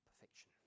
perfection